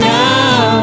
now